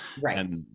Right